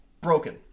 Broken